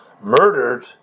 murdered